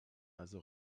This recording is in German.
also